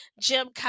jim